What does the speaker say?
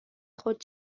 خود